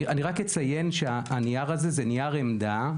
אני רק אציין שהנייר הזה זה נייר עמדה.